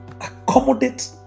accommodate